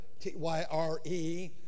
T-Y-R-E